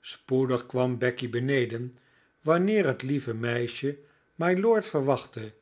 spoedig kwam becky beneden wanneer het lieve meisje mylord verwachtte